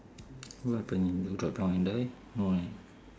what happen you drop down and die no right